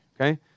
okay